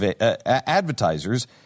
advertisers